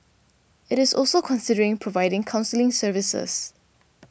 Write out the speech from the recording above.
it is also considering providing counselling services